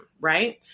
right